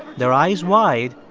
their eyes wide,